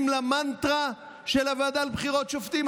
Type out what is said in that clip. למנטרה של הוועדה לבחירת שופטים.